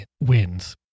wins